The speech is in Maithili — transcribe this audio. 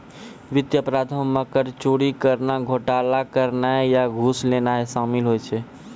वित्तीय अपराधो मे कर चोरी करनाय, घोटाला करनाय या घूस लेनाय शामिल होय छै